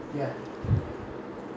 then you move to geylang